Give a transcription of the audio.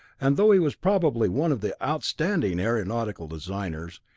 and though he was probably one of the outstanding aeronautical designers,